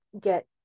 get